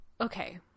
okay